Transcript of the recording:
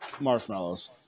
Marshmallows